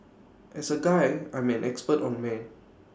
as A guy I'm an expert on men